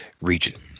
region